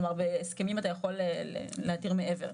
כלומר, בהסכמים אתה יכול להתיר מעבר.